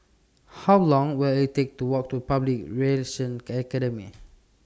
How Long Will IT Take to Walk to Public Relations Can Academy